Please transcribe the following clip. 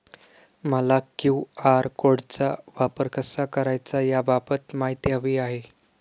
मला क्यू.आर कोडचा वापर कसा करायचा याबाबत माहिती हवी आहे